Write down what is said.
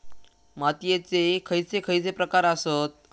मातीयेचे खैचे खैचे प्रकार आसत?